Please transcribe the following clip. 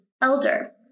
elder